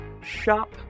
Shop